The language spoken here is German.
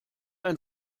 ein